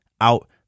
out